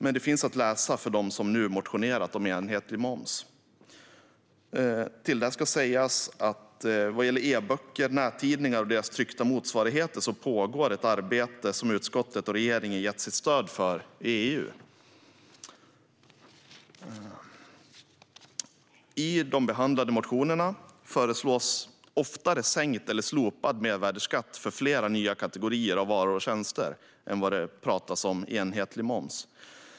Men den finns att läsa för dem som nu motionerat om enhetlig moms. Vad gäller e-böcker, nättidningar och deras tryckta motsvarigheter pågår ett arbete i EU som utskottet och regeringen gett sitt stöd för. I de behandlade motionerna föreslås oftare sänkt eller slopad mervärdesskatt för flera nya kategorier varor och tjänster än vad det pratas om enhetlig moms.